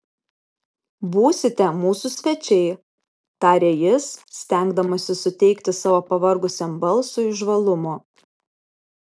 būsite mūsų svečiai tarė jis stengdamasis suteikti savo pavargusiam balsui žvalumo